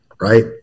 right